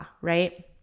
Right